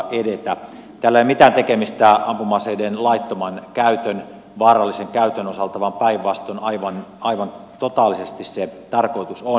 tällä ei ole mitään tekemistä ampuma aseiden laittoman käytön vaarallisen käytön osalta vaan päinvastoin aivan totaalisesti se tarkoitus on